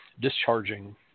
discharging